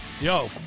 Yo